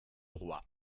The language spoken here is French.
roi